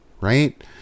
Right